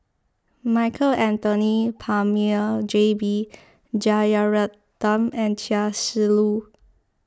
Michael Anthony Palmer J B Jeyaretnam and Chia Shi Lu